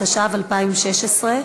התשע"ו 2016,